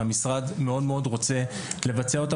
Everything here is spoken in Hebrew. והמשרד מאוד מאוד רוצה לבצע אותה,